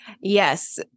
Yes